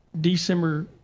December